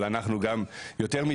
אבל אנחנו יותר מזה,